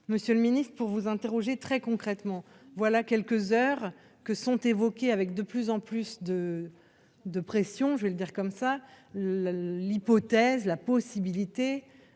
Monsieur le Ministre pour vous interroger, très concrètement, voilà quelques heures que sont évoquées avec de plus en plus de de pression, je vais le dire comme ça, l'hypothèse la possibilité